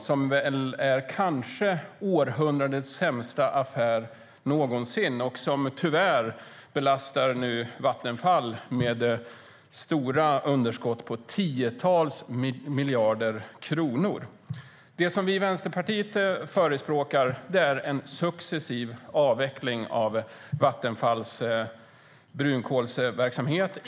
Det är den kanske sämsta affären någonsin och belastar nu Vattenfall med underskott på tiotals miljarder kronor. Vi i Vänsterpartiet förespråkar en successiv avveckling av Vattenfalls brunkolsverksamhet.